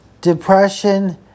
depression